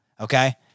okay